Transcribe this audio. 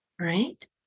right